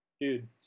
dude